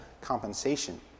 compensation